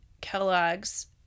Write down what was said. Kellogg's